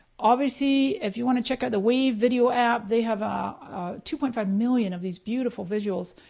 obviously, if you want to check out the wave video app, they have two point five million of these beautiful visuals.